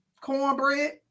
cornbread